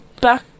back